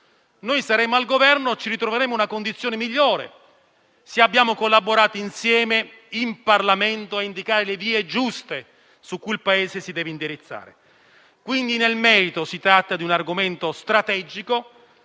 noi saremo al Governo, ci ritroveremo in una condizione migliore, se abbiamo collaborato insieme in Parlamento a indicare le vie giuste su cui il Paese si deve indirizzare. Nel merito si tratta quindi di un argomento strategico